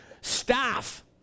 staff